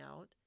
out